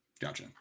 Gotcha